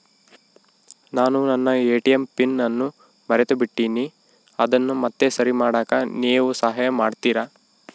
ನಾನು ನನ್ನ ATM PIN ಅನ್ನು ಮರೆತುಬಿಟ್ಟೇನಿ ಅದನ್ನು ಮತ್ತೆ ಸರಿ ಮಾಡಾಕ ನೇವು ಸಹಾಯ ಮಾಡ್ತಿರಾ?